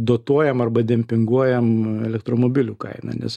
dotuojam arba dempinguojam elektromobilių kainą nes